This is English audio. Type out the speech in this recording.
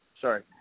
sorry